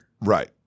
Right